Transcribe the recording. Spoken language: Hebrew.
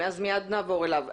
מיד נעבור אליו.